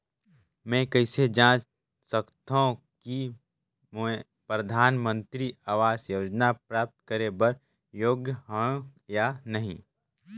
मैं कइसे जांच सकथव कि मैं परधानमंतरी आवास योजना प्राप्त करे बर योग्य हववं या नहीं?